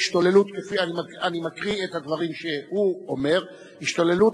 אני מקריא את הדברים שהוא אומר: השתוללות